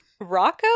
Rocco